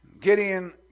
Gideon